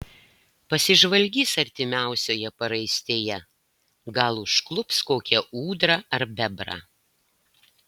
pasižvalgys artimiausioje paraistėje gal užklups kokią ūdrą ar bebrą